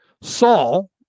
Saul